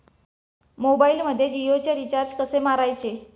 मोबाइलमध्ये जियोचे रिचार्ज कसे मारायचे?